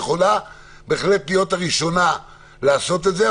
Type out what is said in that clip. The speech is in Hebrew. יכולה בהחלט להיות הראשונה לעשות את זה.